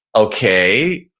okay,